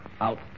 Out